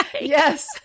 Yes